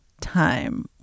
time